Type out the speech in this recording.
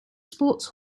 sports